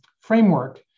framework